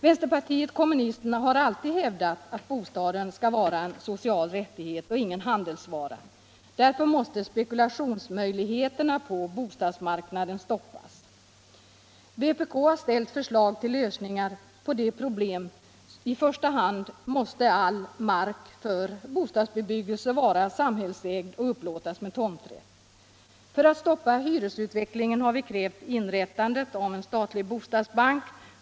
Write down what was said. Vänsterpartiet kommunisterna har alltid hävdat att bostaden skall vara en social rättighet och ingen handelsvara. Därför måste spekulationsmöjligheterna på bostadsmarknaden stoppas. Vpk har ställt förslag till lösningar på dessa problem. I första hand måste all mark under bostadsbebyggelsen vara samhällsägd och upplåtas med tomträtt. För att stoppa hyresutvecklingen har vi krävt inrättandet av en statlig bostadsbank.